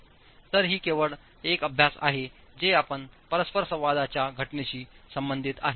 तर ही केवळ एक अभ्यास आहे जे आपण परस्परसंवादाच्या घटनेशी संबंधित आहे